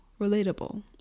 relatable